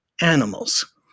animals